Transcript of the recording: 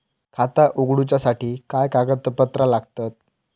खाता उगडूच्यासाठी काय कागदपत्रा लागतत?